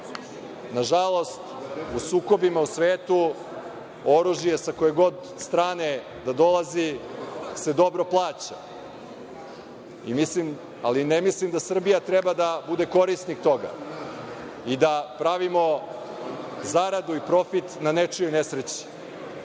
Nažalost, u sukobima u svetu, oružje sa koje god strane da dolazi, se dobro plaća i ne mislim da Srbija treba da bude korisnik toga i da pravimo zaradu i profit na nečijoj nesreći. Srbija